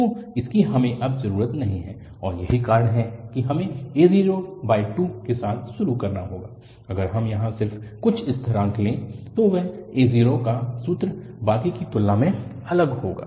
तो इसकी हमें अब जरूरत नहीं है और यही कारण है कि हमें a02 के साथ शुरू करना होगाअगर हम यहाँ सिर्फ कुछ स्थिरांक ले तो वह a0 का सूत्र बाकी की तुलना में अलग होगा